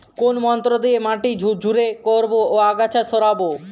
কোন যন্ত্র দিয়ে মাটি ঝুরঝুরে করব ও আগাছা সরাবো?